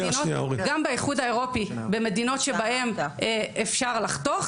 גם באיחוד האירופי במדינות שבהן אפשר לחתוך,